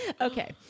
Okay